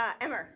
Emmer